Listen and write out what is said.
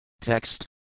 Text